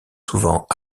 souvent